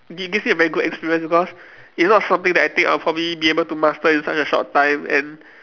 gi~ gives me a very good experience because it's not something that I think I'll probably be able to master in such a short time and